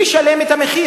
מדווח.